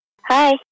Hi